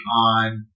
on